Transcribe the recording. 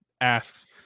asks